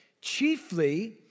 chiefly